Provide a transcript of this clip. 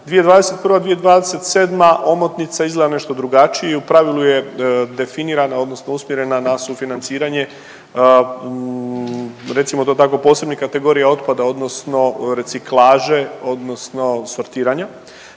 2021. - 2027. omotnica izgleda nešto drugačije i u pravilu je definirana odnosno usmjerena na sufinanciranje recimo to tako posebnih kategorija otpada odnosno reciklaže odnosno sortiranja,